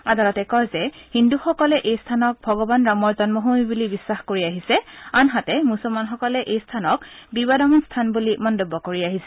আদালতে কয় যে হিন্দুসকলে এই স্থানক ভগৱান ৰামৰ জন্মভূমি বুলি বিশ্বাস কৰি আহিছে আনহাতে মুছলমানসকলে এই স্থানক বিবাদমান স্থান বুলি মন্তব্য কৰি আহিছে